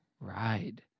Ride